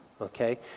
Okay